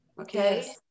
okay